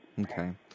Okay